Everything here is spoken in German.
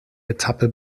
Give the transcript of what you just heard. etappe